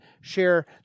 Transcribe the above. share